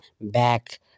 back